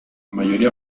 mayoría